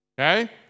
okay